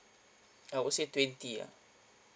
I would say twenty ah